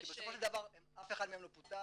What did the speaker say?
כי בסופו של דבר אף אחד מהם לא פוטר,